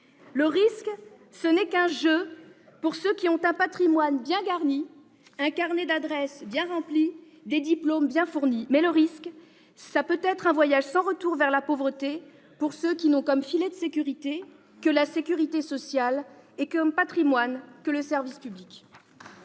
Le risque, ce n'est qu'un jeu pour ceux qui ont un patrimoine bien garni, un carnet d'adresses bien rempli, des diplômes bien fournis. Mais le risque peut aussi être un voyage sans retour vers la pauvreté pour ceux qui n'ont comme filet de sécurité que la sécurité sociale et comme unique patrimoine le service public.